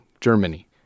Germany